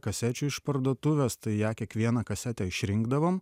kasečių iš parduotuves tai ją kiekvieną kasetę išrinkdavom